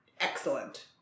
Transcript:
excellent